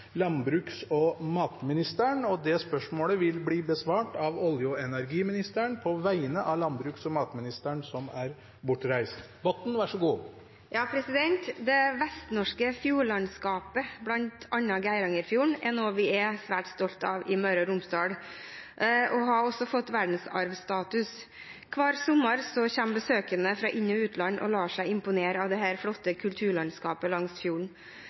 landbruks- og matministeren, vil bli besvart av olje- og energiministeren på vegne av landbruks- og matministeren, som er bortreist. «Det vestnorske fjordlandskapet med blant annet Geirangerfjorden er noe vi er svært stolte av i Møre og Romsdal og har også fått verdensarvstatus. Hver sommer kommer besøkende fra inn- og utland som lar seg imponere av det flotte kulturlandskapet langs fjorden.